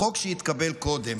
החוק שהתקבל קודם